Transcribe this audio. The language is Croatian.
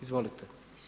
Izvolite.